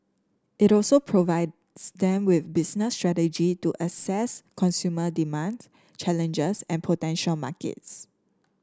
it also provides them with business strategy to assess consumer demand challenges and potential markets